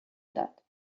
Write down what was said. داد